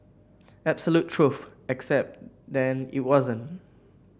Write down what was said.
absolute truth except then it wasn't